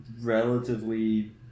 relatively